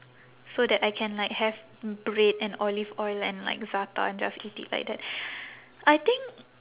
so that I can like have bread and olive oil and like za'atar and just eat it like that I think